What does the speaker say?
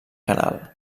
canal